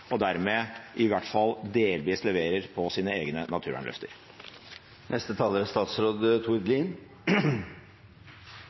og dermed i hvert fall delvis leverer på sine egne